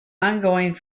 ongoing